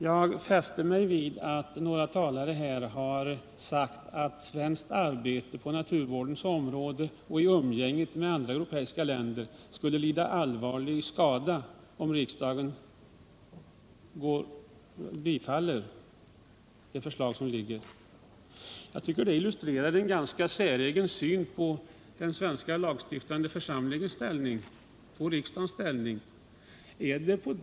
Jag fäste mig vid att några talare sade att svenskt arbete på naturvårdens område och Sveriges anseende i umgänget med andra europeiska länder skulle lida allvarlig skada om riksdagen biföll det föreliggande förslaget. Jag tycker att det illustrerar en ganska säregen syn på den svenska lagstiftande församlingens ställning.